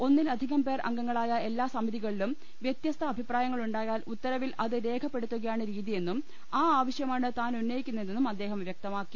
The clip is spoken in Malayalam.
ഒന്നിലധികം പേർ അംഗങ്ങളായ എല്ലാ സമിതികളിലും വ്യത്യസ്ത് അഭിപ്രായ ങ്ങളുണ്ടായാൽ ഉത്തരവിൽ അത് രേഖപ്പെടുത്തുകയാണ് രീതി യെന്നും ആ ആവശ്യമാണ് താൻ ഉന്നയിക്കുന്നതെന്നും അദ്ദേഹം വൃക്തമാക്കി